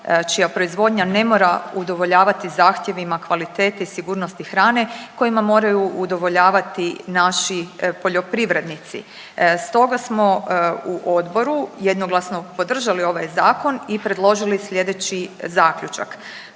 čija proizvodnja ne mora udovoljavati zahtjevima kvalitete sigurnosti hrane kojima moraju udovoljavati naši poljoprivrednici. Stoga smo u odboru jednoglasno podržali ovaj zakon i predložili sljedeći zaključak,